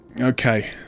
okay